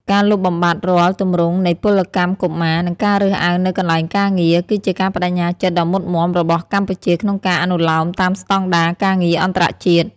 ការលុបបំបាត់រាល់ទម្រង់នៃពលកម្មកុមារ និងការរើសអើងនៅកន្លែងការងារ គឺជាការប្ដេជ្ញាចិត្តដ៏មុតមាំរបស់កម្ពុជាក្នុងការអនុលោមតាមស្ដង់ដារការងារអន្តរជាតិ ។